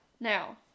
Now